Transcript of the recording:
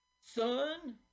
Son